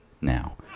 Now